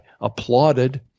applauded